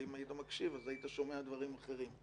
ואם היית מקשיב, אז היית שומע דברים אחרים.